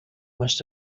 must